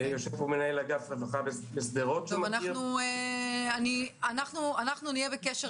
יושב פה מנהל אגף הרווחה בשדרות --- אנחנו נהיה בקשר